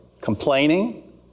complaining